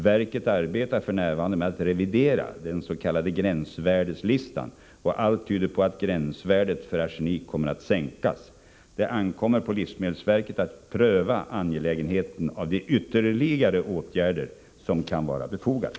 Verket arbetar f.n. med att revidera den s.k. gränsvärdeslistan, och allt tyder på att gränsvärdet för arsenik kommer att sänkas. Det ankommer på livsmedelsverket att pröva angelägenheten av de ytterligare åtgärder som kan vara befogade.